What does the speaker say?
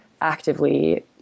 actively